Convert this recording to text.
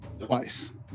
Twice